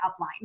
upline